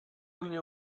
only